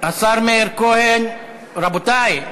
השר מאיר כהן רבותי,